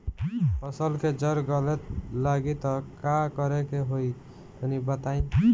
फसल के जड़ गले लागि त का करेके होई तनि बताई?